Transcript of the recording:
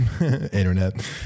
Internet